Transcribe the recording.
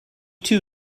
too